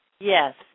Yes